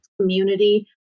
community